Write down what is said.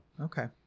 Okay